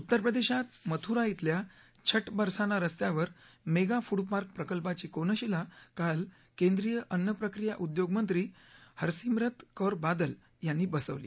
उत्तरप्रदेशात मथुरा इथल्या छट बरसाना रस्त्यावर मेगा फूड पार्क प्रकल्पाची कोनशिला काल केंद्रीय अन्नप्रक्रिया उद्योग मंत्री हरसिमरत कौर बादल यांनी बसवली